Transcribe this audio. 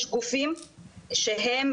יש גופים שהם,